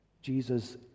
Jesus